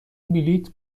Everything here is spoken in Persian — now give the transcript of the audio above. بلیط